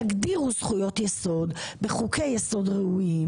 תגדירו זכויות יסוד וחוקי יסוד ראויים